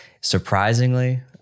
surprisingly